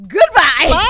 Goodbye